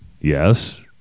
Yes